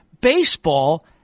Baseball